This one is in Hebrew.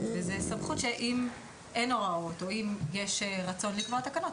זאת סמכות שאם אין הוראות או אם יש רצון לקבוע תקנות,